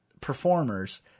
performers